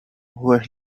where